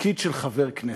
בתפקיד של חבר כנסת,